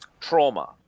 trauma